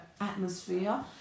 atmosphere